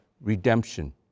redemption